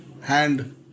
hand